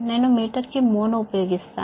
నేను మీటరుకు మో ను ఉపయోగిస్తాను